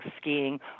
skiing